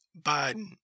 Biden